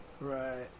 right